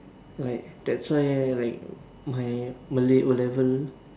I that's why like my Malay O-level